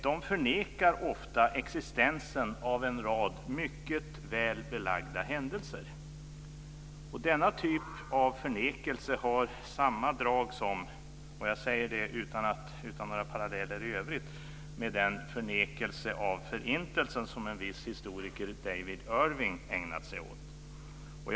De förnekar ofta existensen av en rad mycket väl belagda händelser. Denna typ av förnekelse har samma drag som - jag säger det utan några paralleller i övrigt - den förnekelse av Förintelsen som historikern David Irving ägnat sig åt.